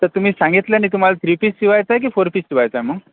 तर तुम्ही सांगितलं नाही तुम्हाला थ्री पीस शिवायचा आहे की फोर पीस शिवायचा आहे मग